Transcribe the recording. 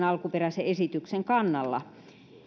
alkuperäisen esityksen kannalla